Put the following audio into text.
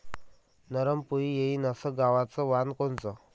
नरम पोळी येईन अस गवाचं वान कोनचं?